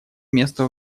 место